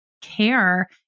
care